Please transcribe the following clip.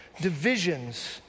divisions